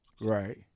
Right